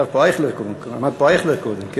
עמד פה אייכלר קודם.